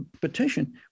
petition